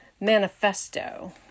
Manifesto